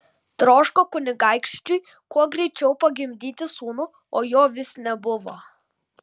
troško kunigaikščiui kuo greičiau pagimdyti sūnų o jo vis nebuvo